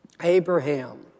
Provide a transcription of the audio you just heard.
Abraham